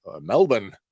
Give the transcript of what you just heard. melbourne